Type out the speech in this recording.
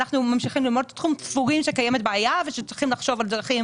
אנחנו סבורים שיש בעיה ושצריכים לחשוב על דרכים